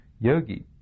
yogi